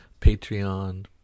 Patreon